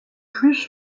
plus